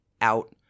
out